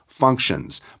Functions